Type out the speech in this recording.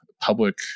public